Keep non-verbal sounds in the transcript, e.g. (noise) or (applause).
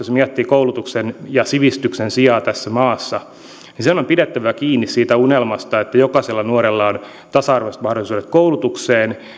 (unintelligible) se miettii koulutuksen ja sivistyksen sijaa tässä maassa pidettävä kiinni siitä unelmasta että jokaisella nuorella on tasa arvoiset mahdollisuudet koulutukseen